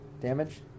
Damage